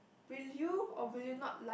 will you or will you not lie